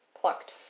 plucked